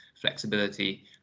flexibility